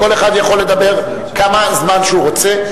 כל אחד יכול לדבר כמה זמן שהוא רוצה.